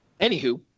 Anywho